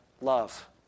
love